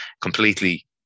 completely